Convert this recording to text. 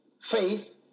faith